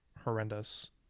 horrendous